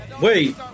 Wait